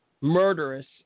murderous